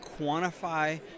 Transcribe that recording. quantify